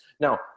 Now